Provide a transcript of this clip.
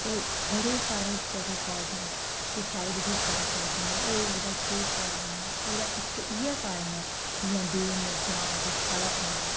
पर बड़े साढ़े बचारे फार्मर सुसाइड बी करा करदे न ओह् ओह्दा केह् कारण ऐ ओह्दा इक इ'यै कारण ऐ जियां बे मौसमा बरखा दा पौना